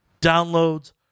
Downloads